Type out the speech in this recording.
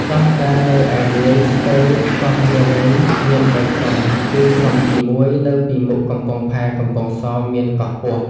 កោះដែលនៅឯនាយស្ទើរកោះវាលរេញ មាន ៣ ក្រុមគឺ ក្រុមទីមួយ នៅពីមុខកំពង់ផែកំពង់សោម មានកោះពស់ ។